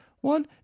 one